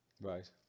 Right